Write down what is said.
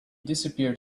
disappeared